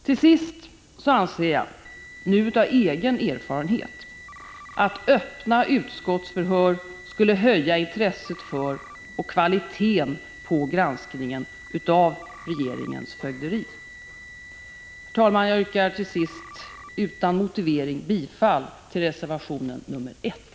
Till sist anser jag, nu av egen erfarenhet, att öppna utskottsförhör skulle höja intresset för och kvaliteten på granskningen av regeringens fögderi. Herr talman! Jag yrkar utan motivering bifall till reservation nr 1.